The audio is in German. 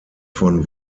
von